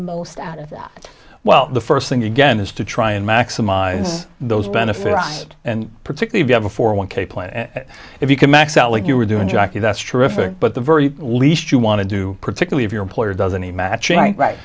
most of it well the first thing again is to try and maximize those benefits and particularly you have a four one k plan if you can max out like you were doing jackie that's true if it but the very least you want to do particularly if your employer doesn't he matching right